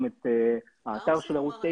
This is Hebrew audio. גם את האתר של ערוץ 9,